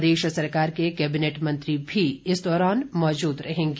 प्रदेश सरकार के केबिनेट मंत्री भी इस दौरान मौजूद रहेंगे